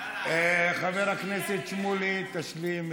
חבר הכנסת שמולי, תשלים.